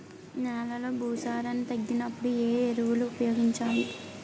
నెలలో భూసారాన్ని తగ్గినప్పుడు, ఏ ఎరువులు ఉపయోగించాలి?